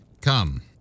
Come